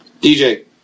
DJ